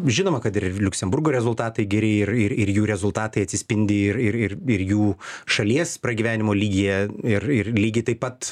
žinoma kad ir liuksemburgo rezultatai geri ir ir ir jų rezultatai atsispindi ir ir ir ir jų šalies pragyvenimo lygyje ir ir lygiai taip pat